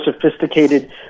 sophisticated